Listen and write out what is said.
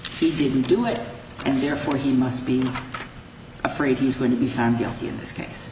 he didn't do it and therefore he must be afraid he's going to be found guilty in this case